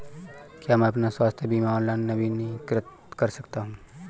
क्या मैं अपना स्वास्थ्य बीमा ऑनलाइन नवीनीकृत कर सकता हूँ?